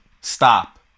stop